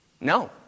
no